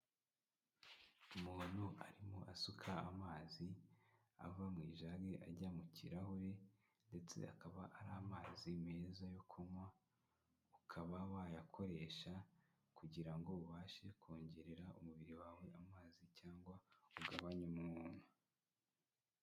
Umuntu arimo asuka amazi, ava mu ijage ajya mu kirahure ndetse akaba ari amazi meza yo kunywa, ukaba wayakoresha kugira ngo ubashe kongerera umubiri wawe amazi cyangwa ugabanye umwuma.